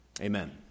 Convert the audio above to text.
amen